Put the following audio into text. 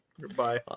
goodbye